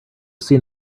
seen